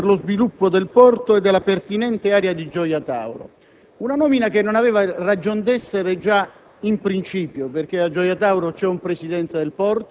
nomina del Commissario straordinario del Governo per lo sviluppo del porto e della pertinente area di Gioia Tauro. È una nomina che non aveva ragion d'essere già